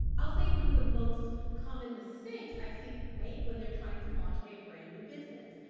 i'll say one of the most common mistakes i see people make when they're trying to launch a brand new business.